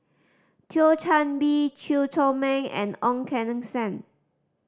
Thio Chan Bee Chew Chor Meng and Ong Keng Sen